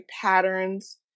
patterns